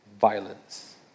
Violence